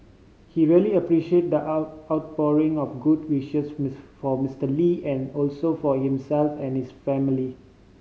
he really appreciate the out outpouring of good wishes miss for Mister Lee and also for himself and his family